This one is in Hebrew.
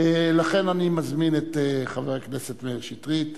אני מזמין את חבר הכנסת מאיר שטרית